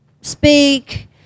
speak